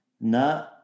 Na